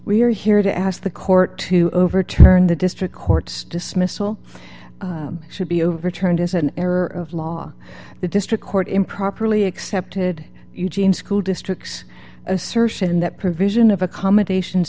we are here to ask the court to overturn the district court's dismissal should be overturned as an error of law the district court improperly accepted eugene's school districts assertion that provision of accommodations